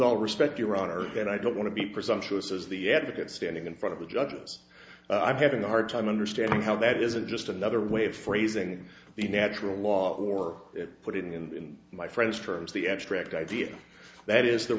all respect your honor and i don't want to be presumptuous as the advocate standing in front of the judges i'm having a hard time understanding how that isn't just another way of phrasing the natural law or put it in my friend's terms the extract idea that is the